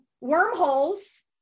wormholes